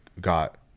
got